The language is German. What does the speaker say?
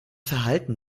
verhalten